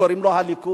קוראים לו הליכוד.